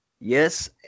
Yes